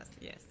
Yes